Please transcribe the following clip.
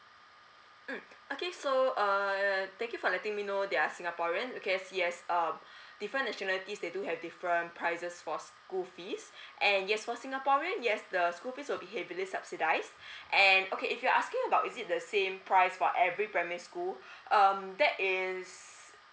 mm okay so uh thank you for letting me know they are singaporean okay yes um different nationality they do have different prices for school fees and yes for singaporean yes the school fees will be heavily subsidise and okay if you are asking about is it the same price for every primary school um that is